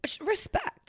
Respect